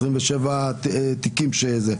ה-27 תיקים.